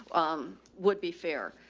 um, would be fair.